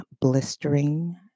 blistering